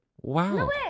wow